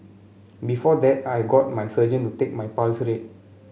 before that I got my surgeon to take my pulse rate